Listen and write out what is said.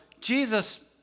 Jesus